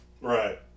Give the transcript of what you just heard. Right